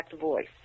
voice